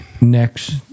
next